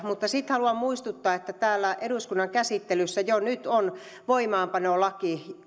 mutta sitten haluan muistuttaa että täällä eduskunnan käsittelyssä valiokunnissa jo nyt on voimaanpanolaki